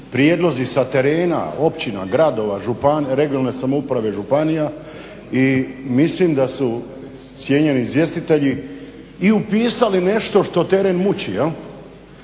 prijedlozi sa terena, općina, gradova, regionalne samouprave županija i mislim da su cijenjeni izvjestitelji i upisali nešto što teren muči.